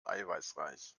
eiweißreich